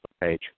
page